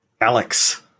Alex